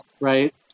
right